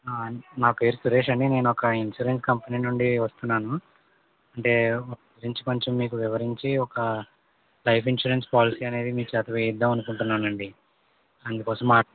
నా పేరు సురేష్ అండి నేనొక ఇన్సూరెన్స్ కంపెనీ నుండి వస్తున్నాను అంటే గురించి కొంచెం వివరించి ఒక లైఫ్ ఇన్సూరెన్స్ పాలసీ అనేది మీచేత వేయిద్దాం అనుకుంటున్నానండి అందుకోసం మా